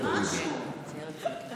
את זה לימד אותנו נתניהו.